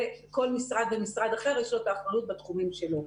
וכל משרד ומשרד אחר יש לו את האחריות בתחומים שלו.